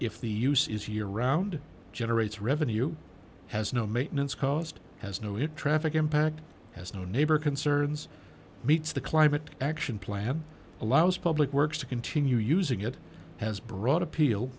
if the use is year round generates revenue has no maintenance cost has no hit traffic impact has no neighbor concerns meets the climate action plan allows public works to continue using it has broad appeal